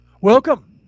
Welcome